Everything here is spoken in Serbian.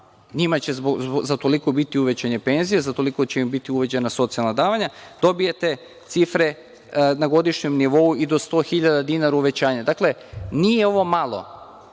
NJima će za toliko biti uvećane penzije, za toliko će im biti uvećana socijalna davanja. Dobijete cifre na godišnjem nivou i do 100.000 dinara uvećanje. Dakle, nije ovo malo,